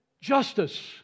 Justice